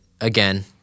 again